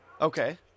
Okay